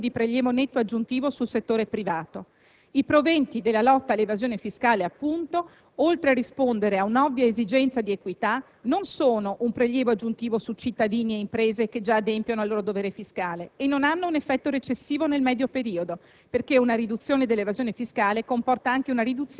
tuttavia, non tutte le entrate rappresentano un aumento di prelievo netto aggiuntivo sul settore privato. I proventi della lotta all'evasione fiscale, appunto, oltre a rispondere a un'ovvia esigenza di equità, non sono un prelievo aggiuntivo su cittadini e imprese che già adempiono al loro dovere fiscale e non hanno un effetto recessivo nel medio periodo,